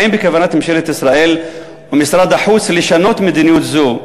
ברצוני לשאול: האם בכוונת ממשלת ישראל ומשרד החוץ לשנות מדיניות זו,